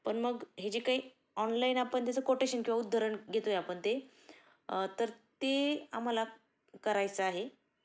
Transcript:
पण मग हे जे काही ऑनलाईन आपण त्याचं कोटेशन किंवा उद्धरण घेतो आहे आपण ते तर ते आम्हाला करायचं आहे